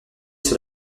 sur